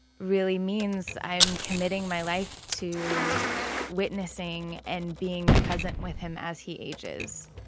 really means i'm committing my life to witnessing and being present with him as he ages.